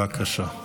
בבקשה.